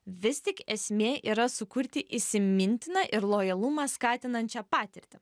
vis tik esmė yra sukurti įsimintiną ir lojalumą skatinančią patirtį